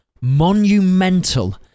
monumental